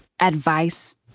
advice